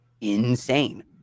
insane